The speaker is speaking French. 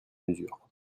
mesure